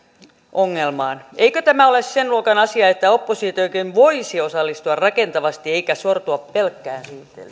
ongelmaan eikö tämä ole sen luokan asia että oppositiokin voisi osallistua rakentavasti eikä sortua pelkkään